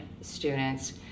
students